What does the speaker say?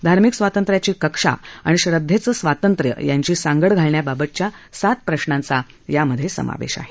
धार्मिक स्वातंत्र्याची कक्षा आणि श्रद्देचं स्वातंत्र्य यांची सांगड घालण्याबाबतच्या सात प्रश्नांचा यात समावेश आहे